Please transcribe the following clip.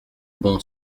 bon